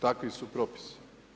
Takvi su propisi.